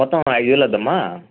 మొత్తం ఐదువేలు అవుద్ది అమ్మ